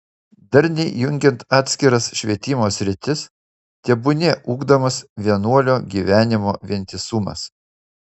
darniai jungiant atskiras švietimo sritis tebūnie ugdomas vienuolio gyvenimo vientisumas